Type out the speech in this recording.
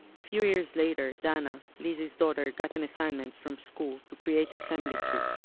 a few years later dana, lizzie's daughter, got an assignment from school to create a family tree.